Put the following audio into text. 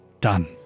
Done